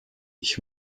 ich